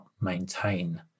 maintain